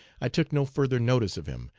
i took no further notice of him,